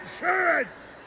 insurance